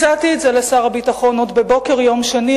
הצעתי את זה לשר הביטחון עוד בבוקר יום שני,